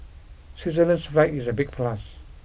Switzerland's flag is a big plus